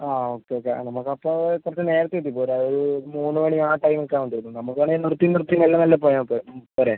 ആ okay okay നമുക്കപ്പോൾ കുറച്ച് നേരത്തെയൊക്കെ പോരാം അതായത് ഒരു മൂന്ന് മണി ആ ടൈമൊക്കെ ആവുമ്പഴേക്കും നമുക്ക് വേണേൽ നിർത്തി നിർത്തി മെല്ലെ മെല്ലെ പോയാൽ പോരെ